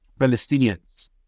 Palestinians